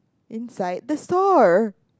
inside the store